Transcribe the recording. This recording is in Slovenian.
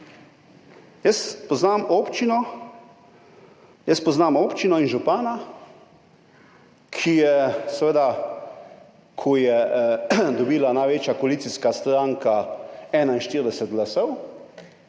jaz poznam občino in župana, kjer je, ko je dobila največja koalicijska stranka 41 glasov